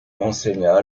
enseigna